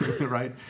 Right